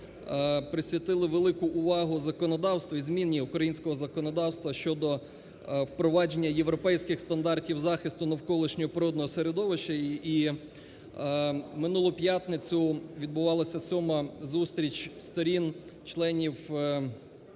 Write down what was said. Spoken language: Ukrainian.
присвятили велику увагу законодавству і зміні українського законодавства щодо впровадження європейських стандартів захисту навколишнього природного середовища. І в минулу п'ятницю відбувалася сьома зустріч сторін, членів Конвенції